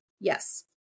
yes